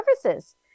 services